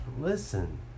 listen